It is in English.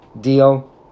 deal